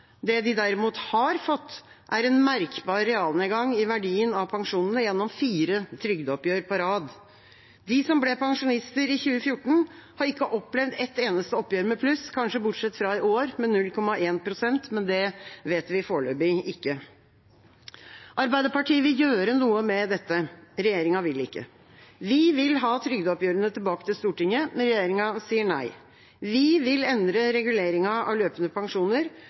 Det de derimot har fått, er en merkbar realnedgang i verdien av pensjonene gjennom fire trygdeoppgjør på rad. De som ble pensjonister i 2014, har ikke opplevd et eneste oppgjør med pluss – kanskje bortsett fra i år, med 0,1 pst., men det vet vi foreløpig ikke. Arbeiderpartiet vil gjøre noe med dette. Regjeringa vil ikke. Vi vil ha trygdeoppgjørene tilbake til Stortinget, men regjeringa sier nei. Vi vil endre reguleringen av løpende pensjoner,